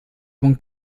punkt